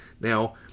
Now